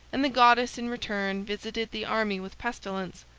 and the goddess in return visited the army with pestilence,